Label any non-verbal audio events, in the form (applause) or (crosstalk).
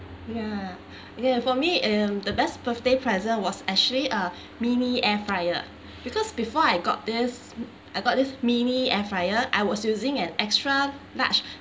ya (breath) okay for me um the best birthday present was actually a (breath) mini air fryer because before I got this I got this mini air fryer I was using an extra large (breath)